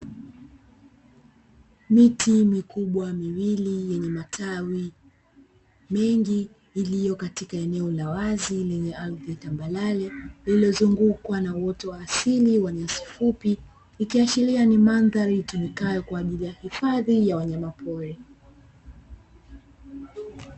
Miti mikubwa miwili yenye matawi mengi, iliyo katika eneo la wazi lenye ardhi tambarare, lililozungukwa na uoto wa asili wa nyasi fupi, ikiashiria ni mandhari itumikayo kwa ajili ya hifadhi ya wanyama pori.